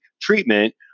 treatment